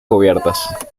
cubiertas